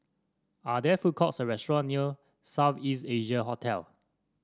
are there food courts or restaurant near South East Asia Hotel